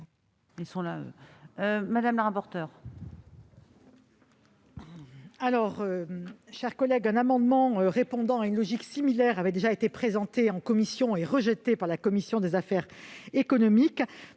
Mme la rapporteure